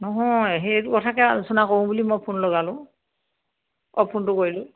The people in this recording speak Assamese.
নহয় সেইটো কথাকে আলোচনা কৰোঁ বুলি মই ফোন লগালোঁ অ ফোনটো কৰিলোঁ